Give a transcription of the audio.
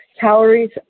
calories